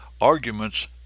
arguments